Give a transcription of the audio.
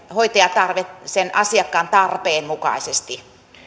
hoitajatarve sen asiakkaan tarpeen mukaisesti